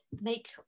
make